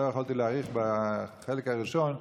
לא יכולתי להאריך בחלק הראשון,